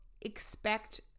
expect